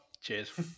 Cheers